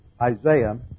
Isaiah